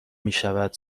میشود